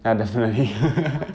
ya